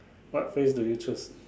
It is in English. what phrase do you choose